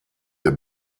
der